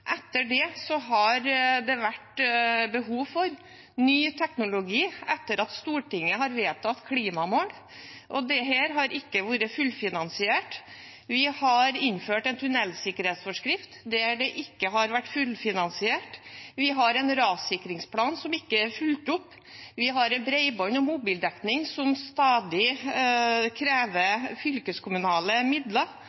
Etter det har det vært behov for ny teknologi, etter at Stortinget har vedtatt klimamål, og dette har ikke vært fullfinansiert. Vi har innført en tunnelsikkerhetsforskrift der det ikke har vært fullfinansiert. Vi har en rassikringsplan som ikke er fulgt opp. Vi har en bredbånds- og mobildekning som stadig krever